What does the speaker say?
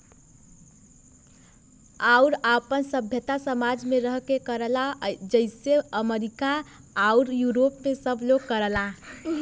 आउर आपन सभ्यता समाज मे रह के करला जइसे अमरीका आउर यूरोप मे सब लोग करला